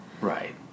Right